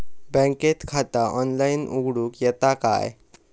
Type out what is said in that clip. बँकेत खाता ऑनलाइन उघडूक येता काय?